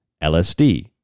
LSD